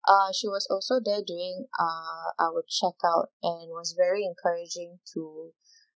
uh she was also there doing uh our checkout and she was very encouraging to